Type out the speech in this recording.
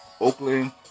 Oakland